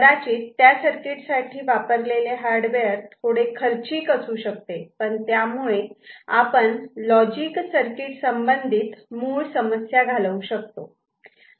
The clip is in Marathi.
कदाचित त्या सर्किट साठी वापरलेले हार्डवेअर थोडे खर्चिक असू शकते पण त्यामुळे आपण लॉजिक सर्किट संबंधित मूळ समस्या घालवू शकतो